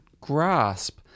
grasp